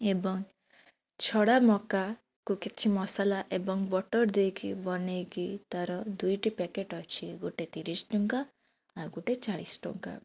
ଏବଂ ଛଡ଼ା ମକାକୁ କିଛି ମସଲା ଏବଂ ବଟର୍ ଦେଇକି ବନେଇକି ତା'ର ଦୁଇଟି ପେକେଟ୍ ଅଛି ଗୋଟେ ତିରିଶ ଟଙ୍କା ଆଉ ଗୋଟେ ଚାଳିଶ ଟଙ୍କା